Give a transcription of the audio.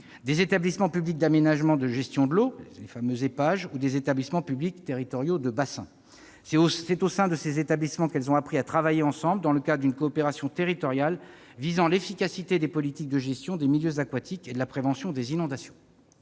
des établissements publics d'aménagement et de gestion de l'eau (Épage) ou des établissements publics territoriaux de bassin (EPTB). C'est au sein de ces établissements qu'elles ont appris à travailler ensemble dans le cadre d'une coopération territoriale visant l'efficacité des politiques de gestion des milieux aquatiques et de prévention des inondations.